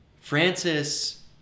Francis